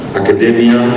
academia